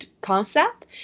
concept